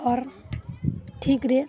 ଅର୍ ଠିକ୍ରେ